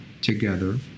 together